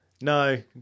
no